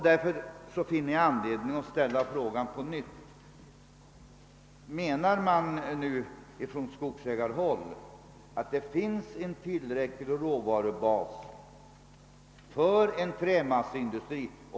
Därför finner jag anledning att ställa frågan på nytt: Menar man nu från skogsägarhåll att det finns en tillräcklig råvarubas för en trämasseindustri i det här området?